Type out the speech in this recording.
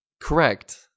Correct